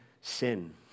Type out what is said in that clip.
sin